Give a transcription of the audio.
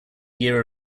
year